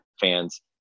fans